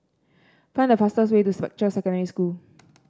find the fastest way to Spectra Secondary School